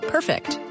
Perfect